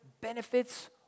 benefits